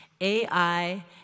AI